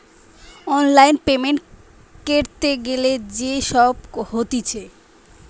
online payment ক্যরতে গ্যালে যে সব হতিছে